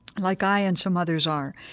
like i and some others are,